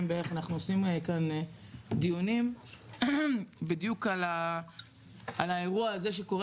בערך אנחנו עושים כאן דיונים בדיוק על האירוע הזה שקורה